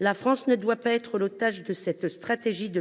La France ne doit pas être l’otage de cette stratégie de